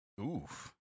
Oof